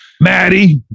maddie